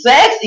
Sex